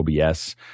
OBS